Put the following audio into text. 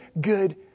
good